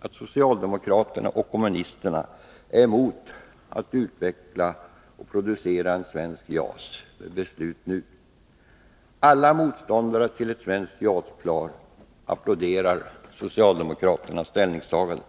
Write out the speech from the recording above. att socialdemokraterna och kommunisterna är emot att ett svenskt JAS-plan utvecklas och produceras, med beslut nu. Alla motståndare till ett svenskt JAS-plan applåderar socialdemokraternas ställningstagande.